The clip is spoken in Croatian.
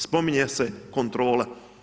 Spominje se kontrola.